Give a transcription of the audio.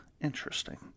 interesting